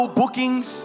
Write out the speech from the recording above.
bookings